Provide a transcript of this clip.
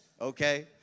Okay